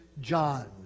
John